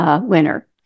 winner